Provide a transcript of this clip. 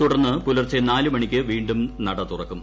തുടർന്ന് പുലർച്ചെ നാല് മണിക്ക് വീണ്ടും നട തുറക്കും